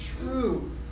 true